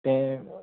तें